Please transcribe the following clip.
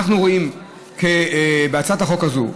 אנחנו רואים בהצעת החוק הזאת,